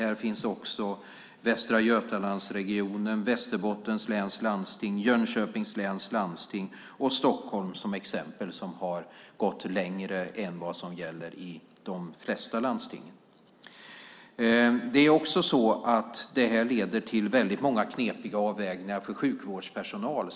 Här finns också Västra Götalandsregionen, Västerbottens läns landsting, Jönköpings läns landsting och Stockholms läns landsting som har gått längre än vad som gäller i de flesta landsting. Detta leder också till många knepiga avvägningar för sjukvårdspersonal.